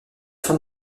fin